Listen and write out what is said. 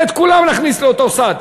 את כולם נכניס לאותו סד.